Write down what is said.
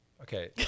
okay